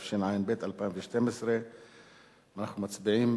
התשע"ב 2012. אנחנו מצביעים